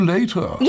Later